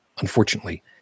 unfortunately